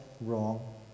wrong